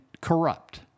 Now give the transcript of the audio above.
corrupt